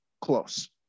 close